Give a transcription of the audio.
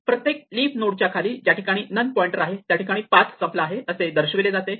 प्रत्येक लिफ नोडच्या खाली ज्या ठिकाणी नन पॉइंटर आहे त्या ठिकाणी पाथ संपला आहे असे दर्शविले जाते